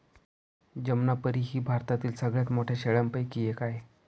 जमनापरी ही भारतातील सगळ्यात मोठ्या शेळ्यांपैकी एक आहे